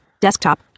Desktop